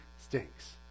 stinks